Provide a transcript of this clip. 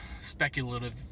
speculative